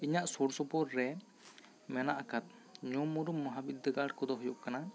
ᱤᱧᱟᱹᱜ ᱥᱩᱨ ᱥᱩᱯᱩᱨ ᱨᱮ ᱢᱮᱱᱟᱜ ᱟᱠᱟᱫ ᱧᱩᱢ ᱩᱨᱩᱢ ᱢᱚᱦᱟ ᱵᱤᱫᱫᱟᱹᱜᱟᱲ ᱠᱚᱫᱚ ᱦᱩᱭᱩᱜ ᱠᱟᱱᱟ